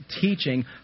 teaching